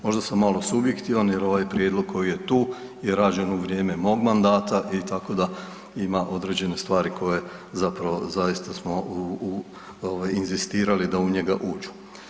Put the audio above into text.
Možda sam sam malo subjektivan jer ovaj prijedlog koji je tu, je rađen u vrijeme mog mandata i tako da ima određene stvari koje zapravo zaista smo inzistirali da u njega uđu.